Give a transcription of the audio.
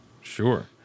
sure